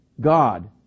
god